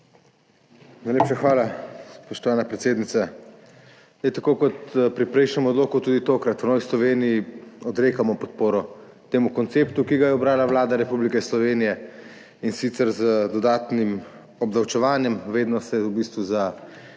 hvala, spoštovana predsednica.